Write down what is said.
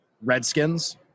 Redskins